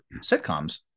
sitcoms